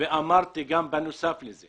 ואמרתי בנוסף לכך